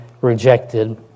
rejected